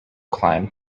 climb